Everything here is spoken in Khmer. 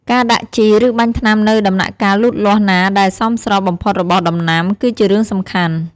ការដាក់ជី ឬបាញ់ថ្នាំនៅដំណាក់កាលលូតលាស់ណាដែលសមស្របបំផុតរបស់ដំណាំ គឺជារឿងសំខាន់។